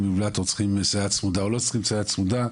דפיברילטור צריכים סייעת צמודה או לא צריכים סייעת צמודה,